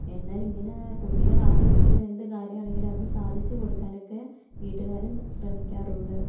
എന്നാൽ ഇങ്ങനേ കുട്ടികളാഗ്രഹിക്കുന്ന എന്ത് കാര്യമാണെങ്കിലും അത് സാധിച്ച് കൊടുക്കാനൊക്കെ വീട്ടുകാര് ന് ശ്രമിക്കാറുണ്ട്